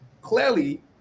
Clearly